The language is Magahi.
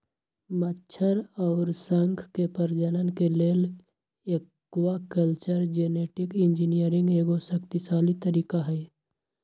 मछर अउर शंख के प्रजनन के लेल एक्वाकल्चर जेनेटिक इंजीनियरिंग एगो शक्तिशाली तरीका हई